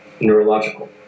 neurological